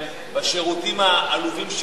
בשירותים העלובים שיש להם.